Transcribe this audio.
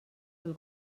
del